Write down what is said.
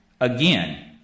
again